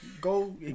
Go